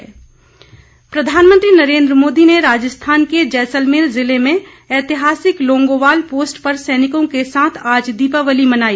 प्रधानमंत्री जैसलमेर प्रधानमंत्री नरेंद्र मोदी ने राजस्थान के जैसलमेर जिले में ऐतिहासिक लोंगोवाल पोस्ट पर सैनिकों के साथ आज दीपावली मनाई